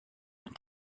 von